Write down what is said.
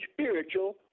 spiritual